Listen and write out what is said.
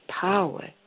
power